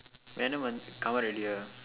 venom uh come out already ah